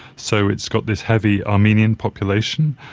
so it's got this heavy armenian population.